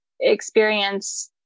experience